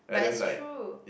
but it's true